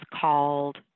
called